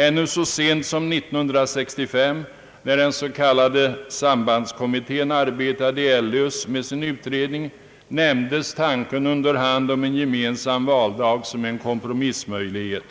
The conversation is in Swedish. Ännu så sent som år 1965, när den s.k. sambandskommittén arbetade i Ellös med sin utredning, nämndes tanken under hand om en gemensam valdag som en kompromissmöjlighet,